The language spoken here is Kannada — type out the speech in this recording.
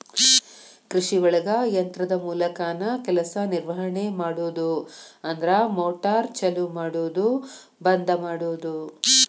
ಕೃಷಿಒಳಗ ಯಂತ್ರದ ಮೂಲಕಾನ ಕೆಲಸಾ ನಿರ್ವಹಣೆ ಮಾಡುದು ಅಂದ್ರ ಮೋಟಾರ್ ಚಲು ಮಾಡುದು ಬಂದ ಮಾಡುದು